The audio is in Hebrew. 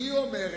כי היא אומרת: